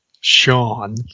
Sean